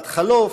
בת-חלוף,